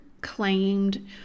claimed